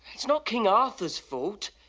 it's not king arthur's fault.